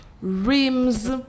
rims